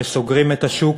כשסוגרים את השוק,